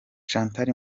chantal